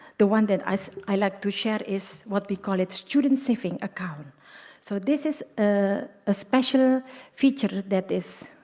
the one that i so i like to share is what we call it students saving account so this is ah a special feature that is